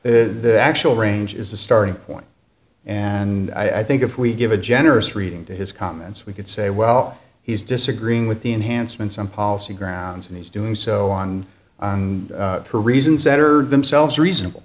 say the actual range is the starting point and i think if we give a generous reading to his comments we could say well he's disagreeing with the enhancements on policy grounds and he's doing so on her reasons that are themselves reasonable